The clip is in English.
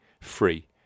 free